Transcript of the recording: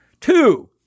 Two